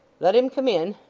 let him come in